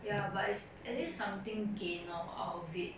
ya but it's at least something gained lor out of it